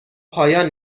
پایان